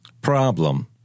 problem